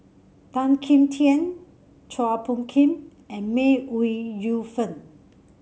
Tan Kim Tian Chua Phung Kim and May Ooi Yu Fen